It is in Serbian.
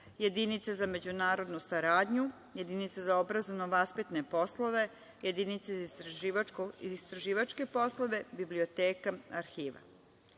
jedinice za međunarodnu saradnju, jedinice za obrazovno-vaspitne poslove, jedinice za istraživačke poslove, biblioteka,